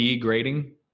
grading